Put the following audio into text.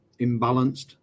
imbalanced